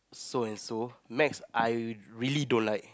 so and so next I really don't like